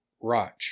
Roch